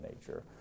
nature